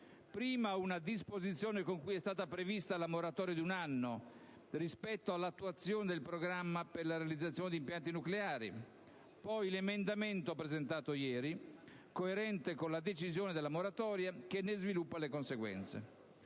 prima una disposizione con cui è stata prevista la moratoria di un anno rispetto all'attuazione del programma per la realizzazione di impianti nucleari; poi l'emendamento presentato ieri, coerente con la decisione della moratoria, che ne sviluppa le conseguenze.